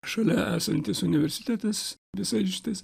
šalia esantis universitetas visas šitas